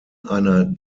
einer